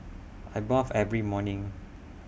I bath every morning